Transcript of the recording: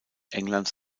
englands